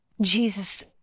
Jesus